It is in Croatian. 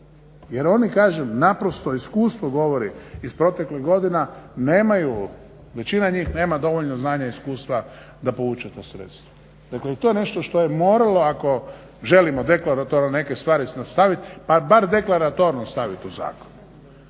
Jer oni kažem naprosto iskustvo govori iz proteklih godina nemaju, većina njih nema dovoljno znanja i iskustva da povuče ta sredstva. Dakle, i to je nešto što je moralo ako želimo deklaratorno neke stvari staviti, pa bar deklaratorno stavit u zakon,